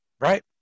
right